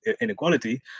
inequality